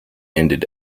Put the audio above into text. ended